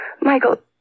Michael